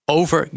over